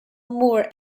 moor